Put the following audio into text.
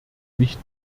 nicht